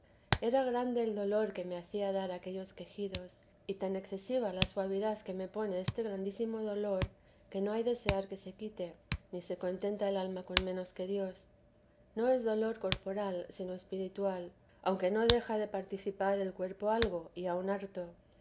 era tan grande el dolor que me hacía dar aquellos quejidos y tan excesiva la suavidad que me pone este grandísimo dolor que no hay desear que se quite ni se contenta el alma con menos que dios no es dolor corporal sino espiritual aunque no deja de participar el cuerpo algo y aun harto